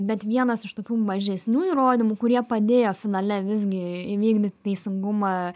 bet vienas iš tokių mažesnių įrodymų kurie padėjo finale visgi įvykdyti teisingumą